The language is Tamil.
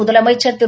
முதலமைச்சர் திரு